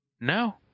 No